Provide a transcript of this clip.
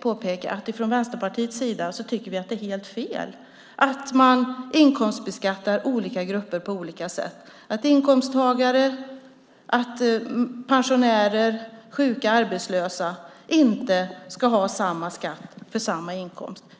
påpeka att vi från Vänsterpartiets sida tycker att det är helt fel att man inkomstbeskattar olika grupper på olika sätt och att inkomsttagare, pensionärer, sjuka och arbetslösa inte ska ha samma skatt för samma inkomst.